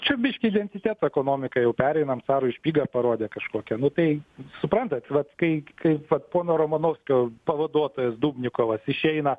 čia biški į identiteto ekonomiką jau pereinam carui špygą parodė kažkokią nu tai suprantat vat kai kaip vat pono romanovskio pavaduotojas dubnikovas išeina